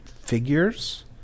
figures